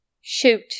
Shoot